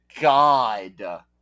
God